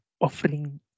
offering